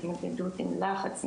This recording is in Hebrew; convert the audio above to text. עם התמודדות עם לחץ,